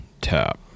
tap